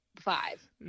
five